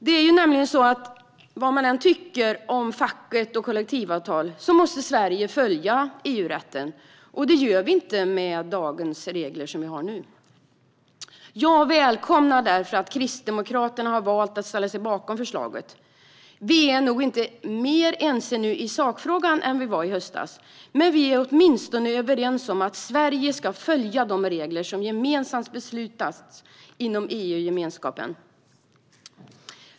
Det är nämligen så att vad man än tycker om facket och kollektivavtal måste Sverige följa EU-rätten, och det gör vi inte med dagens upphandlingsregler. Jag välkomnar därför att Kristdemokraterna har valt att ställa sig bakom förslaget. Vi är nog inte mer ense i sakfrågan nu än vad vi var i höstas, men vi är åtminstone överens om att Sverige ska följa de regler som gemensamt beslutats inom EU-gemenskapen.